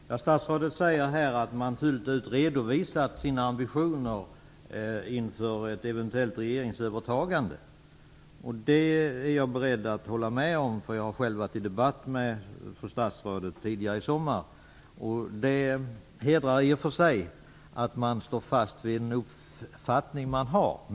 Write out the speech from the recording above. Fru talman! Statsrådet säger att man fullt ut redovisat sina ambitioner inför ett eventuellt regeringsövertagande. Det är jag beredd att hålla med om, för jag har själv varit i debatt med fru statsrådet tidigare i sommar. Det hedrar i och för sig att man står fast vid en uppfattning man har.